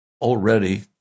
Already